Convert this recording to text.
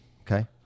Okay